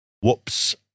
Whoops